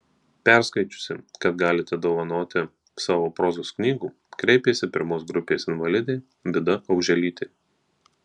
perskaičiusi kad galite dovanoti savo prozos knygų kreipėsi pirmos grupės invalidė vida auželytė